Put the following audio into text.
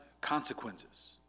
consequences